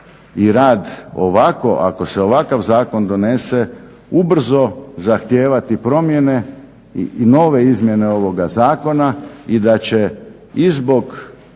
i rad ovako ako se ovakav zakon donese ubrzo zahtijevati promjene i nove izmjene ovoga zakona i da će i zbog